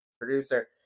producer